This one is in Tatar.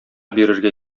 бирергә